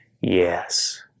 yes